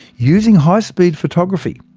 using high speed photography,